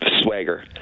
swagger